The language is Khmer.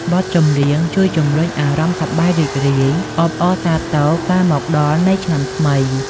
បទចម្រៀងជួយជំរុញអារម្មណ៍សប្បាយរីករាយ អបអរសាទរការមកដល់នៃឆ្នាំថ្មី។